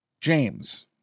James